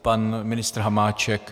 Pan ministr Hamáček.